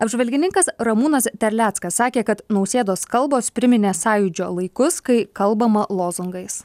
apžvalgininkas ramūnas terleckas sakė kad nausėdos kalbos priminė sąjūdžio laikus kai kalbama lozungais